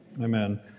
Amen